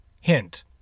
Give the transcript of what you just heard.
Hint